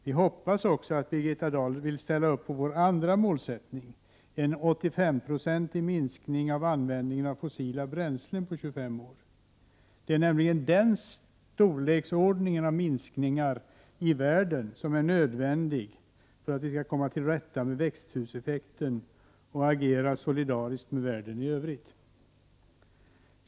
Vi hoppas också att Birgitta Dahl vill ställa upp på vår andra målsättning: en 85-procentig minskning av användningen av fossila bränslen på 25 år. Det är nämligen den storleksordningen av minskningar i världen som är nödvändig för att vi skall komma till rätta med växthuseffekten och agera solidariskt med världen i övrigt.